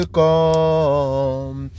come